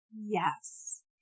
Yes